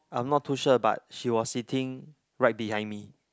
I'm not too sure but she was sitting right behind me